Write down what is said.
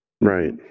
Right